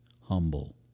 humble